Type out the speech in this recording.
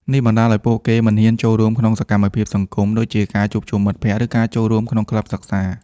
នេះបណ្ដាលឲ្យពួកគេ មិនហ៊ានចូលរួមក្នុងសកម្មភាពសង្គម ដូចជាការជួបជុំមិត្តភក្ដិ ឬការចូលរួមក្នុងក្លឹបសិក្សា។